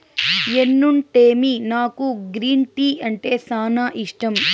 ఎన్నుంటేమి నాకు green tea అంటే సానా ఇష్టం